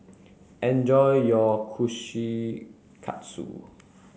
enjoy your Kushikatsu